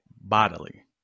bodily